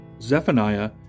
Zephaniah